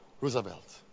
Roosevelt